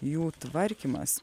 jų tvarkymas